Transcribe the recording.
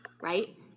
right